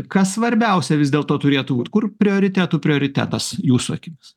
kas svarbiausia vis dėlto turėtų būt kur prioritetų prioritetas jūsų akimis